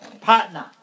partner